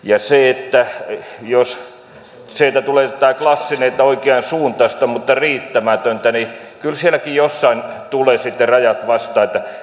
ja jos sieltä tulee tämä klassinen että oikeansuuntaista mutta riittämätöntä niin kyllä sielläkin jossain tulevat sitten rajat vastaan